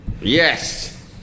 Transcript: yes